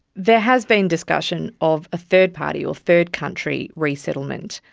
there has been discussion of a third party or third country resettlement.